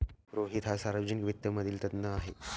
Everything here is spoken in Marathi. रोहित हा सार्वजनिक वित्त मधील तज्ञ आहे